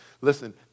Listen